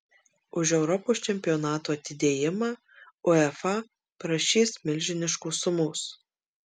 už europos čempionato atidėjimą uefa prašys milžiniškos sumos